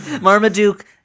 Marmaduke